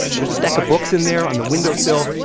there's a stack of books in there on the window sill.